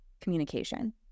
communication